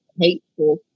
hateful